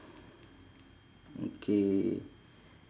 okay